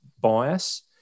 bias